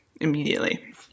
immediately